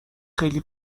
خیلی